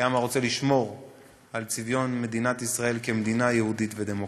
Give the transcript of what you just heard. כעם הרוצה לשמור על צביון מדינת ישראל כמדינה יהודית ודמוקרטית.